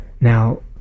Now